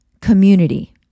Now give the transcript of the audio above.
community